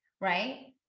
right